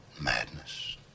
madness